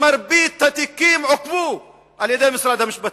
מרבית התיקים עוכבו על-ידי משרד המשפטים.